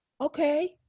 okay